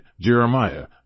Jeremiah